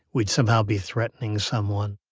we'd somehow be threatening someone.